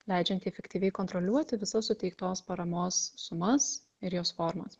leidžiantį efektyviai kontroliuoti visos suteiktos paramos sumas ir jos formas